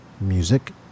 music